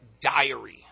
diary